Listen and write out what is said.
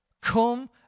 Come